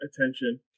attention